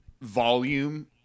volume